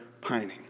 pining